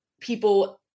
people